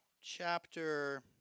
chapter